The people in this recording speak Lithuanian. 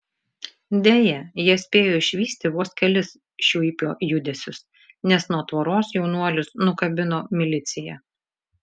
deja jie spėjo išvysti vos kelis šiuipio judesius nes nuo tvoros jaunuolius nukabino milicija